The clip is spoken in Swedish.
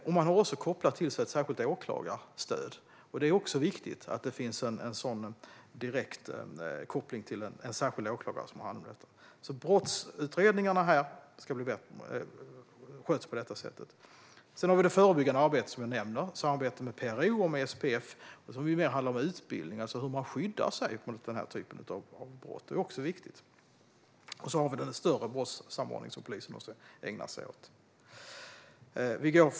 Gruppen har också kopplat ett särskilt åklagarstöd till sig, vilket också är viktigt. På detta sätt sköts alltså brottsutredningarna. Sedan nämnde jag det förebyggande arbetet. Det handlar bland annat om samarbete med PRO och SPF, och då gäller det snarare utbildning om hur man skyddar sig mot brott som dessa. Det här är också viktigt. Vidare finns även den större brottssamordning som polisen måste ägna sig åt.